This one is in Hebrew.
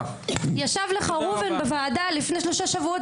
ישב לך ראובן בוועדה לפני שלושה שבועות